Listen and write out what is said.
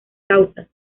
causas